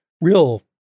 real